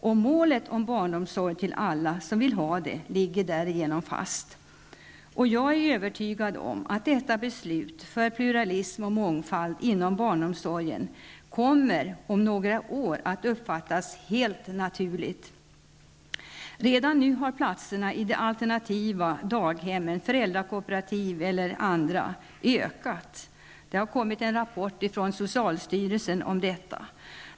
Och målet om barnomsorg till alla som vill ha det ligger därigenom fast. Jag är övertygad om att detta beslut för pluralism och mångfald inom barnomsorgen om några år kommer att uppfattas helt naturligt. Redan nu har platserna i de alternativa daghemmen, föräldrakooperativ och andra, ökat. Det har kommit en rapport från socialstyrelsen om detta.